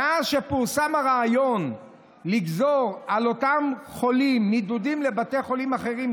מאז שפורסם הרעיון לגזור על אותם חולים נדודים לבתי חולים אחרים,